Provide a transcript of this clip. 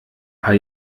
paar